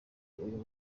uyu